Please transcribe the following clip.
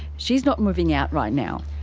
she's not moving out right now.